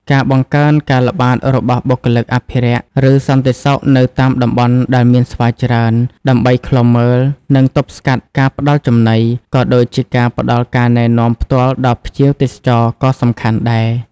ការបង្កើនការល្បាតរបស់បុគ្គលិកអភិរក្ស ឬសន្តិសុខនៅតាមតំបន់ដែលមានស្វាច្រើន ដើម្បីឃ្លាំមើល និងទប់ស្កាត់ការផ្តល់ចំណី ក៏ដូចជាផ្តល់ការណែនាំផ្ទាល់ដល់ភ្ញៀវទេសចរក៏សំខាន់ដែរ។